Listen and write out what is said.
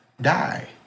die